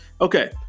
Okay